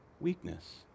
Weakness